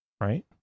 right